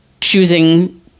choosing